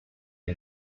are